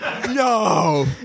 No